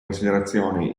considerazione